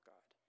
God